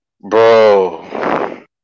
Bro